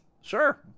sure